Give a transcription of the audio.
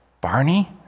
Barney